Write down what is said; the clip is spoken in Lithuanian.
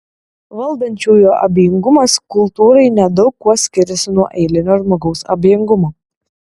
valdančiųjų abejingumas kultūrai nedaug kuo skiriasi nuo eilinio žmogaus abejingumo